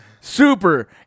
Super